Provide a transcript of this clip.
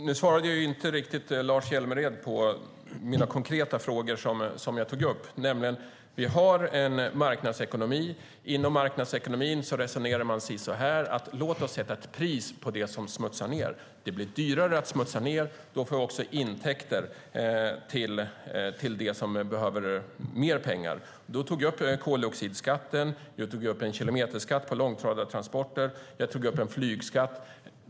Herr talman! Lars Hjälmered svarade inte riktigt på de konkreta frågor som jag tog upp. Vi har en marknadsekonomi. Inom marknadsekonomin resonerar man: Låt oss sätta ett pris på det som smutsar ned. Det blir dyrare att smutsa ned, och då får vi också intäkter till det som behöver mer pengar. Jag tog upp koldioxidskatten. Jag tog upp en kilometerskatt på långtradartransporter. Jag tog upp en flygskatt.